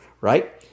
right